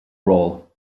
role